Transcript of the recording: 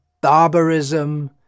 barbarism